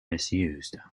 misused